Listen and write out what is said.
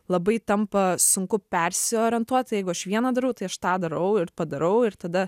labai tampa sunku persiorientuot jeigu aš viena darau tai aš tą darau ir padarau ir tada